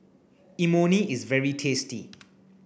Imoni is very tasty